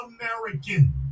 American